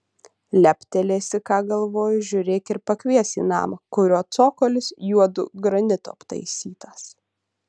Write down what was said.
leptelėsi ką galvoji žiūrėk ir pakvies į namą kurio cokolis juodu granitu aptaisytas